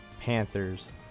Panthers